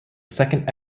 second